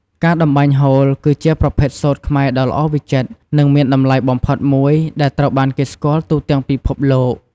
ការតម្បាញហូល គឺជាប្រភេទសូត្រខ្មែរដ៏ល្អវិចិត្រ និងមានតម្លៃបំផុតមួយ ដែលត្រូវបានគេស្គាល់ទូទាំងពិភពលោក។